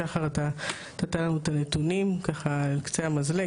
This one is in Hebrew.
שחר, אתה נתת לנו את הנתונים ככה על קצה המזלג.